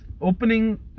opening